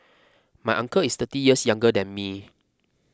my uncle is thirty years younger than me